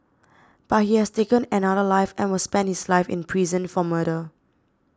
but he has taken another life and will spend his life in prison for murder